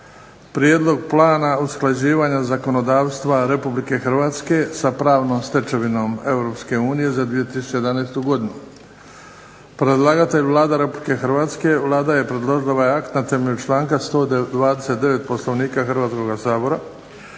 ¬Prijedlog plana usklađivanja zakonodavstva Republike Hrvatske s pravnom stečevinom Europske unije za 2011. godinu Predlagatelj je Vlada Republike Hrvatske. Vlada je predložila ovaj akt na temelju članka 129. Poslovnika Hrvatskoga sabora.